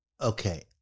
Okay